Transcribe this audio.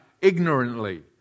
ignorantly